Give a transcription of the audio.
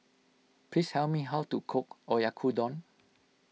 please tell me how to cook Oyakodon